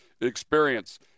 experience